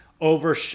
over